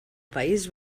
país